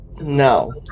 No